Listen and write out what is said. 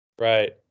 Right